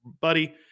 buddy